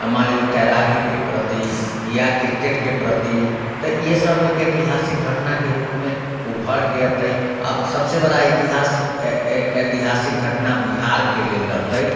आओर मान लेलियै तैराकीके प्रति या क्रिकेटके प्रति तऽ इहे सब एक ऐतिहासिक घटनाके रूपमे उभरिके अतय अब सबसँ बड़ा इतिहास ऐतिहासिक घटना बिहारके लेल रहतै